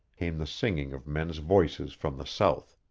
came the singing of men's voices from the south.